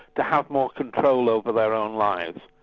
to have more control over their own lives.